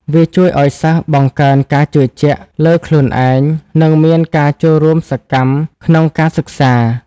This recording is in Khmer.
វាជួយឱ្យសិស្សបង្កើនការជឿជាក់ លើខ្លួនឯង និងមានការចូលរួមសកម្មក្នុងការសិក្សា។